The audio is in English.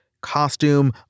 costume